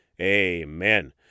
amen